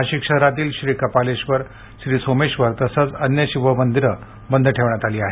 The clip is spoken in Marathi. नाशिक शहरातील श्री कपालेश्वर श्री सोमेश्वर तसेच अन्य सर्व शिवमंदिरे बंद ठेवण्यात आली आहेत